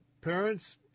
parents